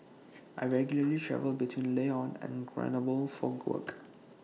I regularly travel between Lyon and Grenoble for work